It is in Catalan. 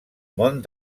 món